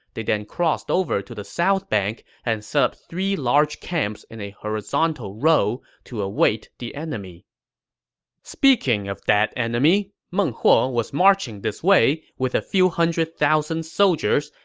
they then crossed over to the south bank and set up three large camps in a horizontal row to await the enemy speaking of the enemy, meng huo was marching this way with a few hundred thousand soldiers,